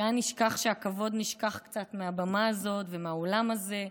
שבהם קצת נשכח הכבוד בבמה הזאת ובאולם הזה,